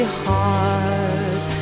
heart